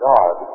God